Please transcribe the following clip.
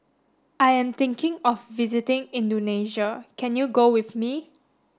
I am thinking of visiting Indonesia can you go with me